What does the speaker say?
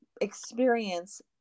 experience